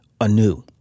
anew